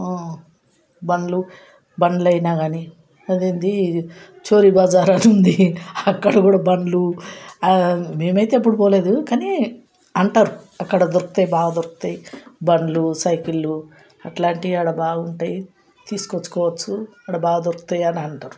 బండ్లు బండ్లయినా గానీ అదేంటి చోరీ బజార్ అనుంది అక్కడ కూడా బండ్లు మేమైతే ఎప్పుడు పోలేదు కానీ అంటారు అక్కడ దొరుకుతాయి బాగా దొరుకుతాయని బండ్లు సైకిళ్ళు అట్లాంటివి ఆడ బాగుంటాయి తీసుకొచ్చుకోవచ్చు బాగా దొరుకుతాయని అంటారు